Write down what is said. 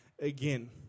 again